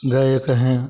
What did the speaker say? गए कहें